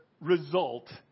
result